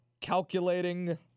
calculating